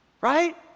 Right